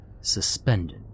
suspended